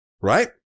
right